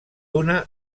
una